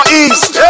east